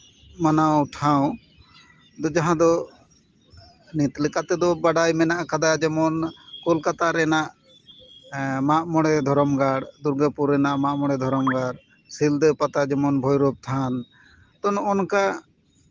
ᱢᱟᱱᱟᱣ ᱴᱷᱟᱶ ᱡᱦᱟᱸ ᱫᱚ ᱱᱤᱛ ᱞᱮᱠᱟ ᱛᱮᱫᱚ ᱵᱟᱰᱟᱭ ᱢᱮᱱᱟᱜ ᱠᱟᱫᱟ ᱡᱮᱢᱚᱱ ᱠᱳᱞᱠᱟᱛᱟ ᱨᱮᱱᱟᱜ ᱢᱟᱜ ᱢᱚᱬᱮ ᱫᱷᱚᱨᱚᱢ ᱜᱟᱲ ᱫᱩᱨᱜᱟᱹᱯᱩᱨ ᱨᱮᱱᱟᱜ ᱢᱟᱜ ᱢᱚᱬᱮ ᱫᱷᱚᱨᱚᱢ ᱜᱟᱲ ᱥᱤᱞᱫᱟᱹ ᱯᱟᱛᱟ ᱡᱮᱢᱚᱱ ᱵᱷᱳᱭᱨᱚᱵᱽ ᱛᱷᱟᱱ ᱛᱚ ᱱᱚᱜᱼᱚ ᱱᱚᱝᱠᱟ